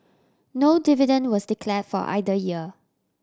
no dividend was declare for either year